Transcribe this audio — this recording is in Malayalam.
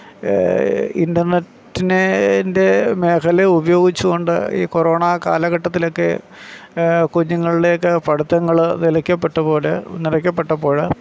ഇൻ്റർനെറ്റിൻ്റെ മേഖല ഉപയോഗിച്ചുകൊണ്ട് ഈ കൊറോണ കാലഘട്ടത്തിലൊക്കെ കുഞ്ഞുങ്ങളിലേക്ക് പഠിത്തങ്ങൾ നിലയ്ക്കപ്പെട്ട പോലെ നിലയ്ക്കപ്പെട്ടപ്പോഴ്